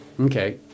okay